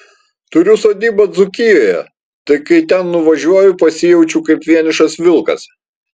turiu sodybą dzūkijoje tai kai ten nuvažiuoju pasijaučiu kaip vienišas vilkas